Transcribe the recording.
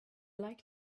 like